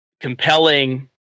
compelling